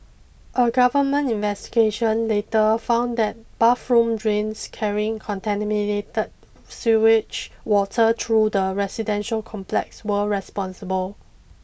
a government investigation later found that bathroom drains carrying contaminated sewage water through the residential complex were responsible